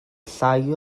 llai